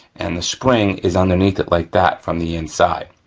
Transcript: and the spring is underneath it like that, from the inside,